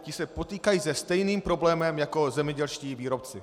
Ti se potýkají se stejným problémem jako zemědělští výrobci.